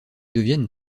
deviennent